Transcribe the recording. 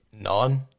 None